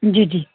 جی جی